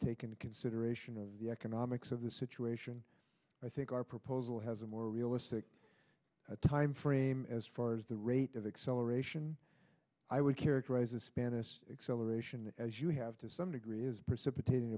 take into consideration of the economics of the situation i think our proposal has a more realistic time frame as far as the rate of acceleration i would characterize the spanish acceleration as you have to some degree is precipitating